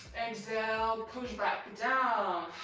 bexhale, push back down.